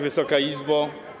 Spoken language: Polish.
Wysoka Izbo!